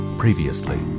Previously